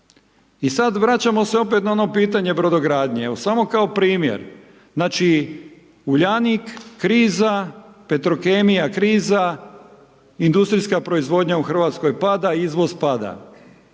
I sada vraćamo se opet na ono pitanje brodogradnje. Evo, samo kao primjer, znači, Uljanik kriza, Petrokemija kriza, industrijska proizvodnja u RH pada, izvoz pada.